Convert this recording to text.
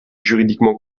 juridiquement